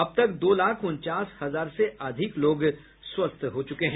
अब तक दो लाख उनचास हजार से अधिक लोग स्वस्थ हो चुके हैं